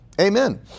amen